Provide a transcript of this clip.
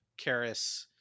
Karis